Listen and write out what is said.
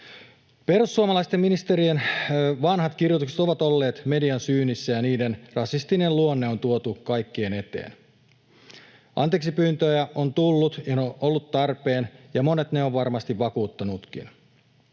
Perussuomalaisten ministerien vanhat kirjoitukset ovat olleet median syynissä, ja niiden rasistinen luonne on tuotu kaikkien eteen. Anteeksipyyntöjä on tullut, ja ne ovat olleet tarpeen, ja monet ne ovat varmasti vakuuttaneetkin,